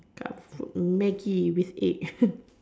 cup food Maggi with egg